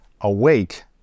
awake